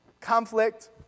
conflict